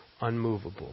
unmovable